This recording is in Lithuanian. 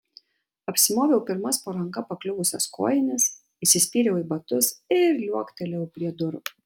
apsimoviau pirmas po ranka pakliuvusias kojines įsispyriau į batus ir liuoktelėjau prie durų